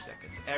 seconds